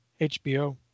HBO